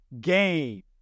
game